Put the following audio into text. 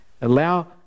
Allow